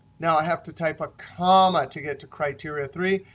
now i have to type a comma to get to criteria three.